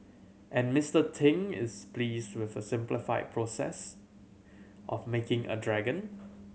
and Mister Ting is pleased with the simplified process of making a dragon